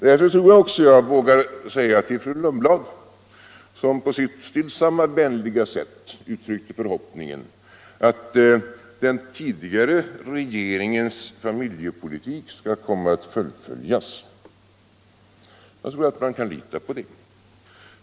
Jag vågar nog också säga till fru Lundblad, som på sitt stillsamma, vänliga sätt uttryckte förhoppningen att den tidigare regeringens famil Jepolitik skall fullföljas, att jag tror att man kan lita på det.